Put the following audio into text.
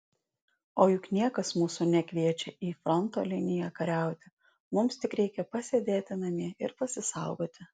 o juk niekas mūsų nekviečia į fronto liniją kariauti mums tik reikia pasėdėti namie ir pasisaugoti